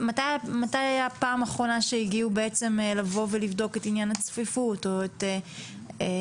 מתי הייתה הפעם האחרונה שהגיעו לבדוק את עניין הצפיפות או את הפיצוח.